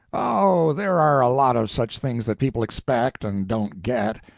oh, there are a lot of such things that people expect and don't get.